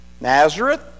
Nazareth